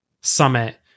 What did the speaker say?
summit